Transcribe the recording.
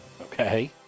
Okay